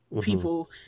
people